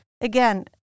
Again